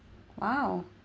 !wow!